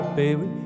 baby